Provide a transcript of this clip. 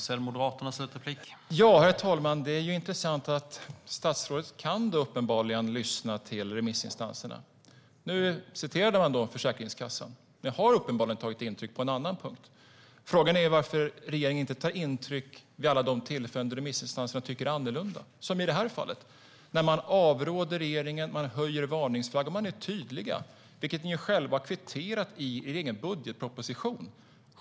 Herr talman! Det är intressant att statsrådet uppenbarligen kan lyssna till remissinstanserna. Jag återgav vad Försäkringskassan har sagt, och jag har uppenbarligen tagit intryck på en annan punkt. Frågan är varför regeringen inte tar intryck vid alla de tillfällen remissinstanserna tycker annorlunda. I det här fallet avråder de regeringen och höjer varningsflagg. De är tydliga. Det har ni själva kvitterat i er egen budgetproposition.